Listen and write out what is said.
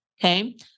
Okay